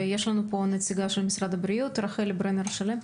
יש לנו פה נציגה של משרד הבריאות, רחל ברנר שלם.